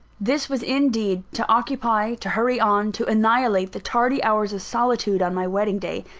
this was indeed to occupy, to hurry on, to annihilate the tardy hours of solitude on my wedding day,